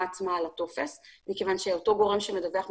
עצמה על הטופס מכיוון שאותו גורם שמדווח מקוון,